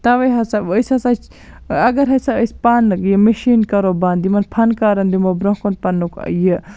تَوَے ہَسا أسۍ ہَسا اَگَر ہَسا أسۍ پانہٕ یہِ مِشیٖن کَرو بَنٛد یِمَن فنکارَن دِمو برونٛہہ کُن پَننُک یہِ